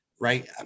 right